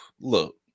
Look